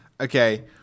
okay